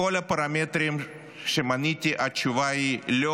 בכל הפרמטרים שמניתי התשובה היא לא,